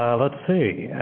let's see.